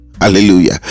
Hallelujah